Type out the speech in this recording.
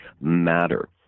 matter